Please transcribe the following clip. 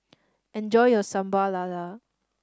enjoy your Sambal Lala